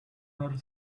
her